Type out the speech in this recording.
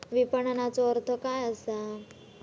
विपणनचो अर्थ काय असा?